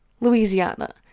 Louisiana